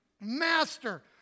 Master